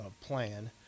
plan